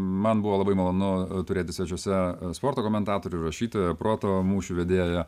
man buvo labai malonu turėti svečiuose sporto komentatorių rašytoją proto mūšių vedėją